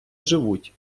живуть